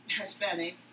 Hispanic